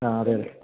ങാ അതെയതെ